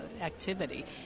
activity